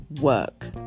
work